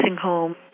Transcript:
home